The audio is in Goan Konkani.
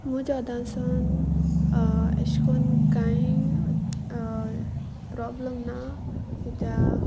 म्हूजदांसन अशें करून कांय प्रोब्लम ना कित्या